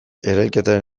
erailketaren